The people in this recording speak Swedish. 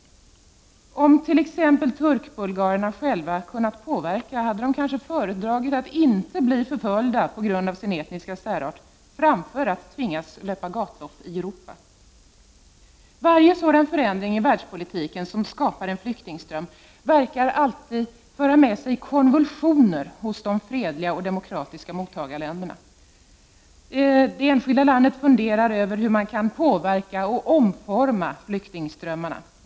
Om t.ex. turkbulgarerna själva kunnat påverka förhållandena hade de kanske föredragit att inte bli förföljda på grund av sin etniska särart framför att tvingas löpa gatlopp i Europa. Varje sådan förändring i världspolitiken som skapar en flyktingström verkar alltid föra med sig konvulsioner hos de fredliga och demokratiska mottagarländerna. Det enskilda mottagarlandet funderar på hur det kan påverka och omforma flyktingströmmarna.